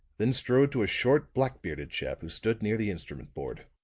then strode to a short, black-bearded chap who stood near the instrument board.